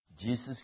Jesus